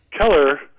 Keller